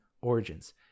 Origins